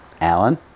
Alan